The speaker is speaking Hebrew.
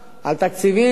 על תקציבים,